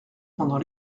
pendant